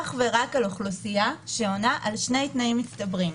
אך ורק על אוכלוסייה שעונה על שני תנאים מצטברים: